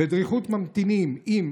// בדריכות ממתינים / עם,